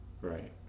Right